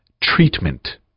treatment